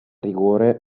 rigore